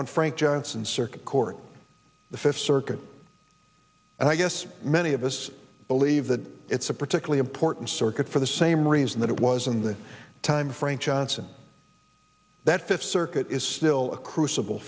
on frank johnson circuit court the fifth circuit and i guess many of us believe that it's a particularly important circuit for the same reason that it was in the time frank johnson that fifth circuit is still crucible